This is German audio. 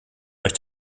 euch